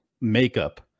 makeup